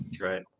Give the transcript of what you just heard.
Right